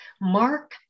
Mark